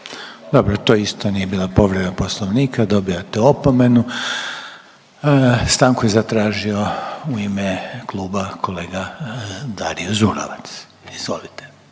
Dobro to isto nije bila povreda Poslovnika, dobijate opomenu. Stanku je zatražio u ime kluba kolega Dario Zurovac. Izvolite.